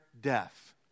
death